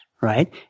right